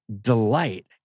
delight